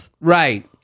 Right